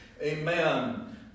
Amen